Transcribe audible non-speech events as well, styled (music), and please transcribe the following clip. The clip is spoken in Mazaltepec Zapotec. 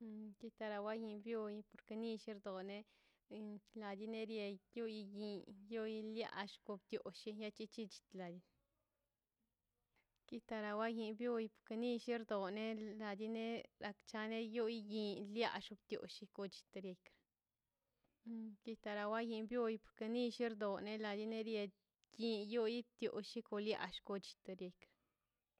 Tekara wai tokane dill ner done na biga ni die tuiie yo loiallgo (noise) tio llichichi chitlan tikara waye bio bio nillerto onei gainei on a chane yu loi yin niall ni lloll o tiketpell titara wayen nin onin llerto leneda len nierd kin yo yi tio lliko lia llikotileli